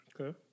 Okay